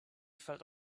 felt